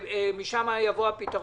אני לא רואה שמשם יבוא הפתרון.